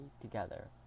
together